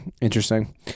Interesting